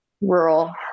rural